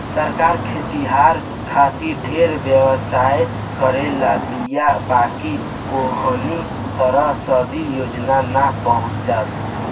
सरकार खेतिहर खातिर ढेरे व्यवस्था करले बीया बाकिर ओहनि तक अभी योजना ना पहुचल